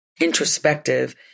introspective